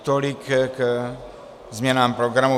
Tolik k změnám programu.